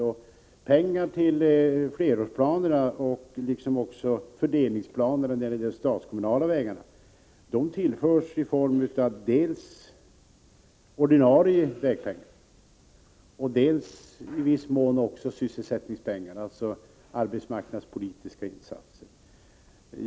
När det gäller finansieringen av flerårsplanerna, liksom också av fördelningsplanerna för statskommunala vägar, tillförs dessa projekt pengar dels genom ordinarie väganslag, dels i viss mån genom sysselsättningsmedel, dvs. i form av arbetsmarknadspolitiska insatser.